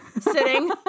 sitting